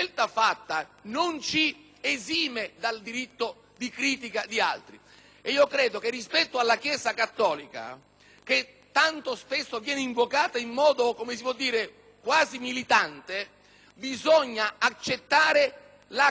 che tanto spesso viene invocata in modo quasi militante, che sia necessario accettare la complessità e la ricchezza di quel mondo, in cui non vi è una voce univoca tranne quando si esprime il magistero papale.